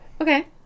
Okay